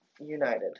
United